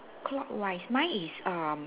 clockwise mine is err